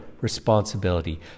responsibility